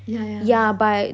yeah yeah